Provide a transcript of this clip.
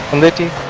little